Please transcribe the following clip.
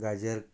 गाजर